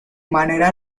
manera